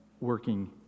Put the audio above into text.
working